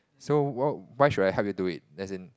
so wh~ why should I help you do it as in